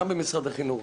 גם ממשרד החינוך.